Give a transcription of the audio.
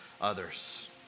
others